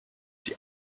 die